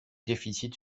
déficit